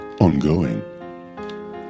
ongoing